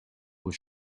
was